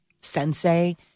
sensei